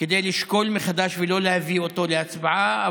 כדי לשקול מחדש ולא להביא אותו להצבעה,